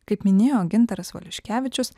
kaip minėjo gintaras valiuškevičius